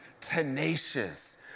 tenacious